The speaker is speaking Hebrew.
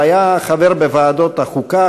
והיה חבר בוועדות החוקה,